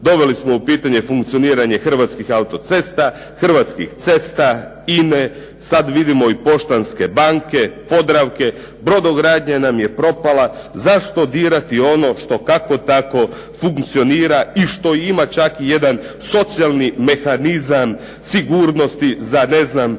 Doveli smo u pitanje funkcioniranje Hrvatskih autocesta, Hrvatski cesta, INA-e, sada vidimo i Poštanske banke, Podravke, brodogradnja nam je propala. Zašto dirati ono što kako tako funkcionira i što ima čak jedan socijalni mehanizam sigurnosti za ne znam više